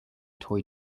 toy